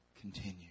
continue